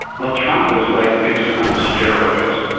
well, trump is like nixon on steroids.